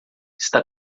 está